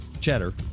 Cheddar